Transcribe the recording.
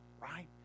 right